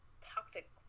toxic